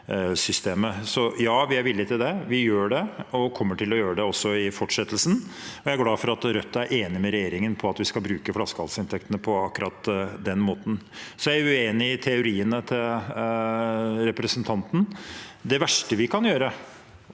ja, vi er villig til det, vi gjør det, og vi kommer til å gjøre det også i fortsettelsen. Jeg er glad for at Rødt er enig med regjeringen i at vi skal bruke flaskehalsinntektene på akkurat den måten. Så er jeg uenig i teoriene til representanten. Det verste vi kan gjøre